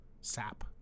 sap